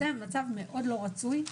זה מצב מאוד לא רצוי.